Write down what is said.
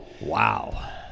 Wow